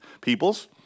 peoples